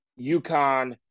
UConn